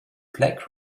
black